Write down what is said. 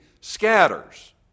scatters